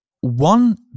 one